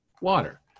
water